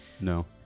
No